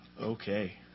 okay